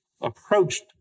approached